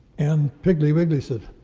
and piggly wiggly said,